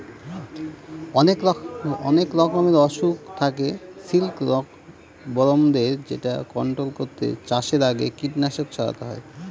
অনেক রকমের অসুখ থাকে সিল্কবরমদের যেটা কন্ট্রোল করতে চাষের আগে কীটনাশক ছড়াতে হয়